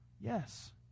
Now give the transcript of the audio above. Yes